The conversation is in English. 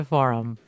Forum